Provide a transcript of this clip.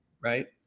Right